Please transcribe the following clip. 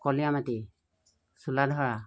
কলীয়ামাটি Choladhara